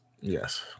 yes